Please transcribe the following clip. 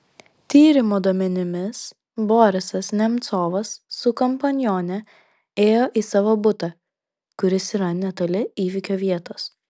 tyrimo duomenimis borisas nemcovas su kompanione ėjo į savo butą kuris yra netoli įvykio vietos